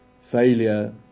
failure